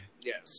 Yes